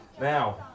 Now